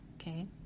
okay